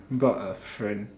got a friend